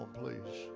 please